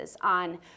on